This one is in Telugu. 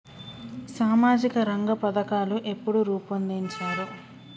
సామాజిక రంగ పథకాలు ఎప్పుడు రూపొందించారు?